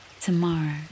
tomorrow